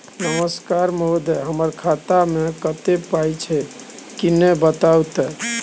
नमस्कार महोदय, हमर खाता मे कत्ते पाई छै किन्ने बताऊ त?